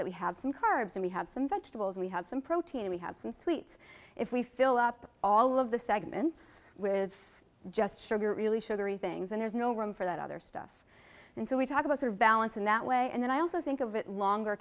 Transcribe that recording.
that we have some carbs and we have some vegetables we have some protein we have some sweets if we fill up all of the segments with just sugar really sugary things and there's no room for that other stuff and so we talk about her balance in that way and then i also think of it longer